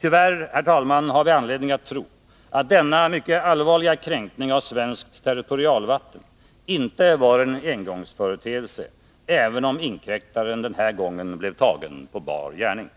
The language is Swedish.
Tyvärr, herr talman, har vi anledning att tro att denna mycket allvarliga kränkning av svenskt territorialvatten inte var en engångsföreteelse, även om inkräktaren den här gången blev tagen på bar gärning.